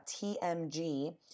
TMG